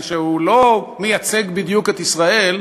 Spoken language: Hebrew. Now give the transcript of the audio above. שהוא לא מייצג בדיוק את ישראל,